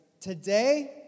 today